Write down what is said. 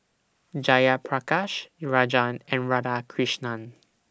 Jayaprakash Rajan and Radhakrishnan